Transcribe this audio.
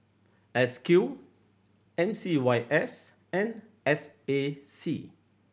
S Q M C Y S and S A C